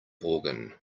organ